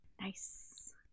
Nice